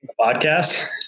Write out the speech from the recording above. podcast